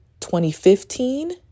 2015